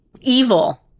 evil